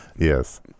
yes